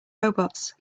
robots